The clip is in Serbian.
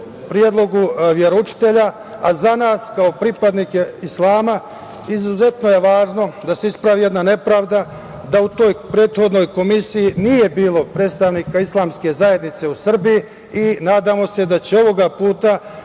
predlogu veroučitelja, a za nas kao pripadnike islama izuzetno je važno da se ispravi jedna nepravda, da u toj prethodnoj komisiji nije bilo predstavnika Islamske zajednice u Srbiji i nadamo se da će ovog puta